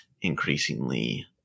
increasingly